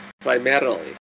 primarily